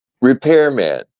repairman